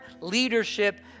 leadership